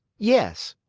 yes.